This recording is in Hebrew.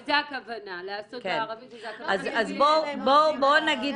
לעשות בערבית -- אני אגיד משהו.